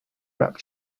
wrap